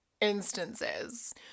instances